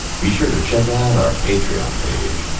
be sure to check out our patreon page.